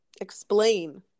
explain